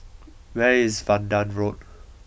where is Vanda Road